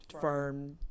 firm